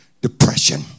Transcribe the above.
depression